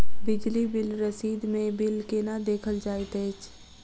बिजली बिल रसीद मे बिल केना देखल जाइत अछि?